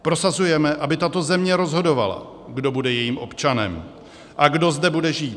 Prosazujeme, aby tato země rozhodovala, kdo bude jejím občanem a kdo zde bude žít.